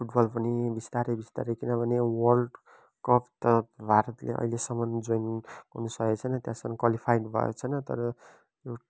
football पनि बिस्तारै बिस्तारै किनभने वर्ल्ड कप त भारतले अहिलेसम्म जोइन गर्नु सकेको छैन त्यहाँसम्म क्वालिफाइड भएको छैन तर यो